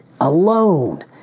alone